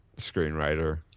screenwriter